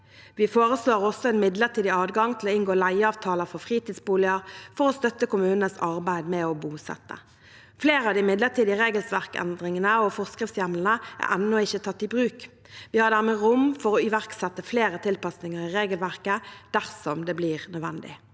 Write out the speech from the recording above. Vi foreslår også en midlertidig adgang til å inngå leieavtaler for fritidsboliger for å støtte kommunenes arbeid med å bosette. Flere av de midlertidige regelverksendringene og forskriftshjemlene er ennå ikke tatt i bruk. Vi har dermed rom for å iverksette flere tilpasninger i regelverket dersom det blir nødvendig.